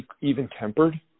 even-tempered